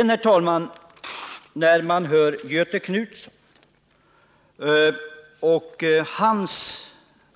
När jag, herr talman, hör Göthe Knutssons